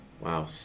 wow